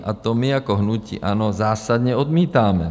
A to my jako hnutí ANO zásadně odmítáme.